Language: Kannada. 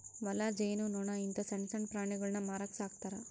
ಮೊಲ, ಜೇನು ನೊಣ ಇಂತ ಸಣ್ಣಣ್ಣ ಪ್ರಾಣಿಗುಳ್ನ ಮಾರಕ ಸಾಕ್ತರಾ